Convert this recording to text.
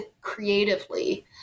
creatively